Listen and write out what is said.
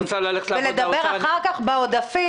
ולדבר אחר כך בעודפים,